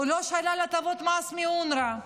הוא לא שלל הטבות מס מאונר"א.